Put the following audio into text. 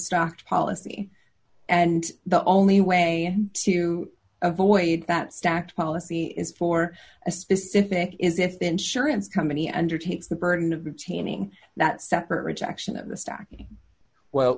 stock policy and the only way to avoid that stacked policy is for a specific is if the insurance company undertakes the burden of obtaining that separate rejection of the stacking well